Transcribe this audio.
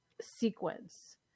sequence